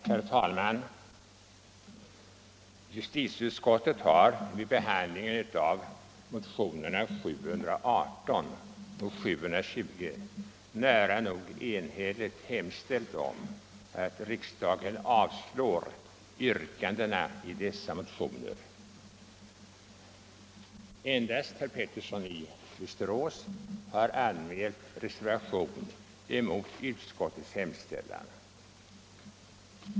Herr talman! Justitieutskottet har vid behandlingen av motionerna 718 och 720 nära nog enhälligt hemställt om att riksdagen avslår yrkandena i dessa motioner. Endast herr Pettersson i Västerås har anmält reservation mot utskottets hemställan.